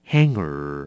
Hanger